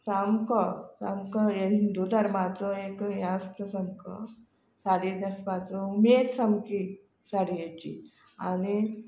सामको सामको हे हिंदू धर्माचो हें हें आसता सामको साडी न्हेसपाचो उमेद सामकी साडयेची आनी